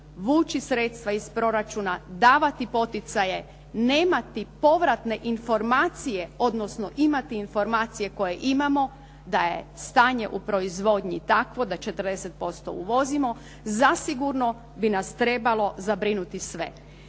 vući sredstva iz proračuna, davati poticaje, nemati povratne informacije, odnosno imati informacije koje imamo da je stanje u proizvodnji tako da 40% uvozimo, zasigurno bi nas trebao zabrinuti sve.